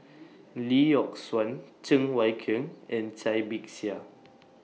Lee Yock Suan Cheng Wai Keung and Cai Bixia